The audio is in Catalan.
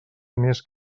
més